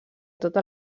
tota